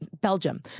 Belgium